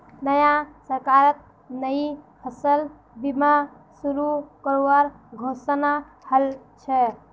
नया सरकारत नई फसल बीमा शुरू करवार घोषणा हल छ